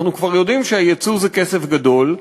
אנחנו כבר יודעים שהיצוא זה כסף גדול,